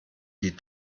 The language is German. die